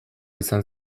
izan